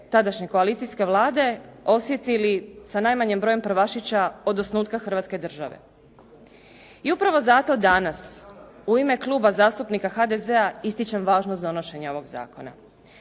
tadašnje koalicijske Vlade osjetili sa najmanjim brojem prvašića od osnutka Hrvatske države. I upravo zato danas u ime Kluba zastupnika HDZ-a ističem važnost donošenja ovog zakona.